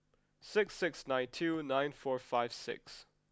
six six nine two nine four five six